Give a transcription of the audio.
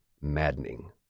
maddening